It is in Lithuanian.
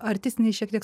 artistiniai šiek tiek